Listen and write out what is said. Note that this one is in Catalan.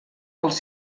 els